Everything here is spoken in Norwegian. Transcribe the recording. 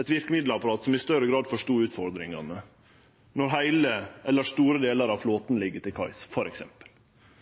eit verkemiddelapparat som i større grad forstod utfordringane f.eks. når heile eller store delar av flåten ligg til